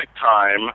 time